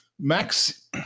Max